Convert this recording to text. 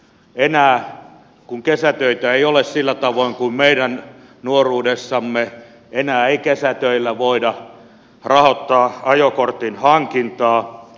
enää kun kesätöitä ei ole sillä tavoin kuin meidän nuoruudessamme ei kesätöillä voida rahoittaa ajokortin hankintaa